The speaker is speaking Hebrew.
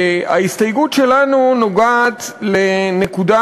ההסתייגות שלנו נוגעת לנקודה